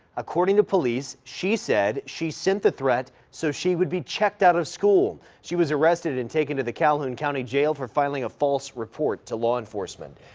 according to police, she said she sent the threat so she would be checked out of school. dorries was arrested and taken to the calhoun county jail for filing a false report to law enforcement.